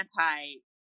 anti